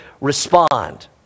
respond